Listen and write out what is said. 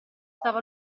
stava